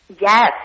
Yes